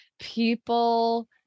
people